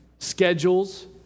Schedules